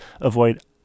avoid